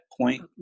Point